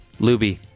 Luby